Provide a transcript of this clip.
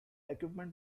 equipment